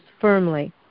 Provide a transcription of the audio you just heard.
firmly